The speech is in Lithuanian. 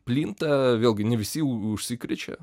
plinta vėlgi ne visi užsikrečia